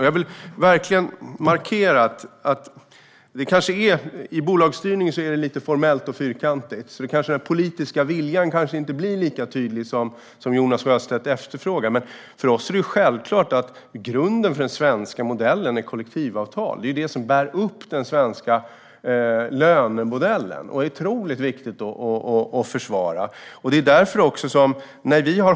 Jag vill verkligen markera att bolagsstyrningen är lite formell och fyrkantig. Den politiska viljan blir kanske inte lika tydlig som Jonas Sjöstedt efterfrågar. Men för oss är det självklart att grunden för den svenska modellen är kollektivavtal. Det är de som bär upp den svenska lönemodellen. Den är otroligt viktig att försvara.